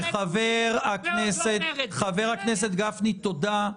חבר הכנסת גפני, תודה.